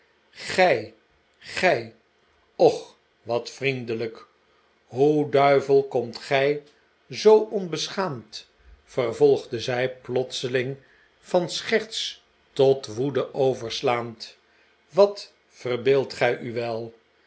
gij gij och wat vriendelijk hoe duivel komt gij zoo onbeschaamd vervolgde zij plotseling van scherts tot woede overslaand wat verbeeldt gij u wel